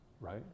right